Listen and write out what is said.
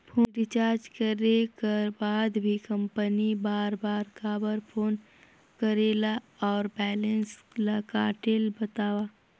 Phone recharge करे कर बाद भी कंपनी बार बार काबर फोन करेला और बैलेंस ल काटेल बतावव?